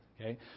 Okay